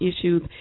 issues